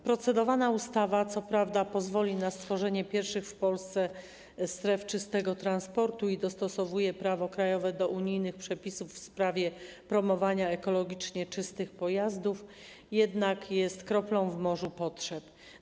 Procedowana ustawa pozwoli co prawda na stworzenie pierwszych w Polsce stref czystego transportu i dostosowuje prawo krajowe do unijnych przepisów w sprawie promowania ekologicznie czystych pojazdów, ale jest kroplą w morzu potrzeb.